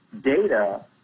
data